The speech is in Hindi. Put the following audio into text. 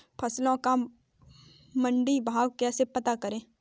फसलों का मंडी भाव कैसे पता करें?